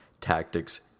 tactics